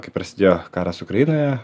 kai prasidėjo karas ukrainoje